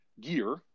gear